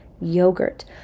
yogurt